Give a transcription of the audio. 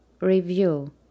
Review